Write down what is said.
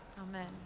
Amen